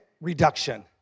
reduction